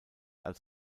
als